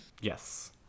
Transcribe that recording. Yes